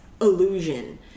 illusion